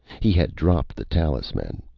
he had dropped the talisman.